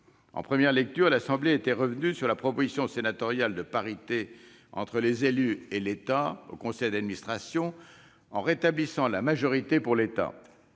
En première lecture, l'Assemblée nationale était revenue sur la proposition sénatoriale de parité entre les élus et l'État au conseil d'administration, en rétablissant la majorité pour l'État.